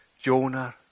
Jonah